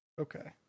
Okay